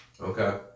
okay